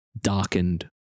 darkened